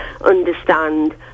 understand